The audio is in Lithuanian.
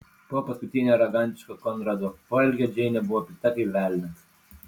po paskutinio arogantiško konrado poelgio džeinė buvo pikta kaip velnias